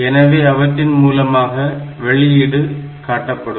எனவே அவற்றின் மூலமாக வெளியீடு காட்டப்படும்